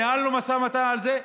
ניהלנו משא ומתן על זה,